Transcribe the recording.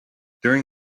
during